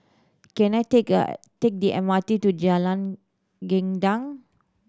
can I take a take the M R T to Jalan Gendang